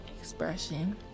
expression